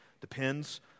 depends